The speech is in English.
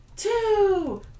Two